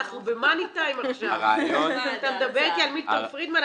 אתה מדבר אתי על מילטון פרידמן?